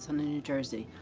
new jersey.